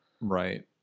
right